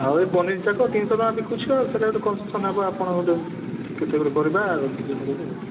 ଆଉ ଏଇ ପନିର ଯାକ ତିନିଶହ ଟଙ୍କା ବିକୁଛୁ ଆଉ ସେଇଟା ଗୁଟେ କନସେସନ୍ ହେବ ଆପଣ ଗୁଟେ କେତେ ଗୋଟେ କରିବା ନିଜର ଲୋକକୁ ଆଉ